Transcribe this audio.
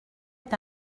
est